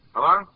Hello